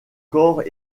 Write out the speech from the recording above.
corps